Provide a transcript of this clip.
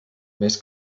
més